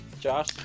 Josh